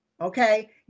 Okay